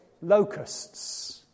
locusts